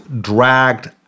dragged